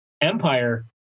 empire